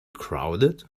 crowded